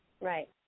Right